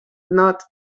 not